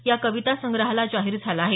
ह्या कवितासंग्रहाला जाहीर झाला आहे